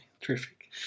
terrific